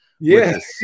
yes